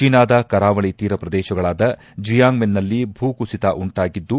ಚೀನಾದ ಕರಾವಳಿ ತೀರ ಪ್ರದೇಶಗಳಾದ ಜಿಯಾಂಗ್ಮೆನ್ನಲ್ಲಿ ಭೂಕುಸಿತ ಉಂಟಾಗಿದ್ದು